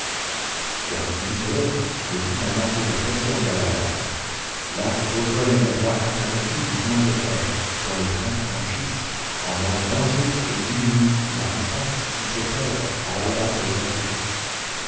vers dix heures le guide annonçait la station d'allahabad là reprenait la voie interrompue du chemin de fer dont les trains franchissent en moins d'un jour et d'une nuit la distance qui sépare allahabad de